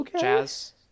jazz